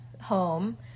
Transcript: home